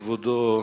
כבודו,